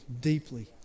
Deeply